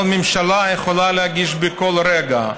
אבל הממשלה יכולה להגיש בכל רגע.